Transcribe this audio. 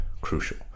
crucial